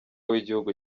w’igihugu